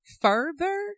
further